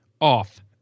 off